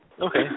Okay